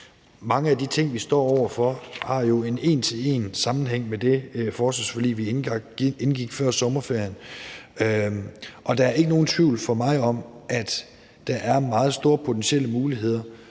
Mange af de ting, vi står over for, har jo en til en sammenhæng med det forsvarsforlig, vi indgik før sommerferien, og der er for mig ikke nogen tvivl om, at der er meget store potentielle muligheder